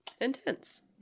intense